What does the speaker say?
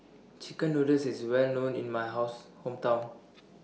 Chicken Noodles IS Well known in My House Hometown